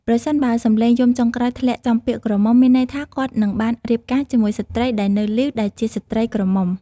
ប្រសិនបើសំឡេងយំចុងក្រោយធ្លាក់ចំពាក្យ ក្រមុំ មានន័យថាគាត់នឹងបានរៀបការជាមួយស្ត្រីដែលនៅលីវ ដែលជាស្ត្រីក្រមុំ ។